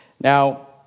Now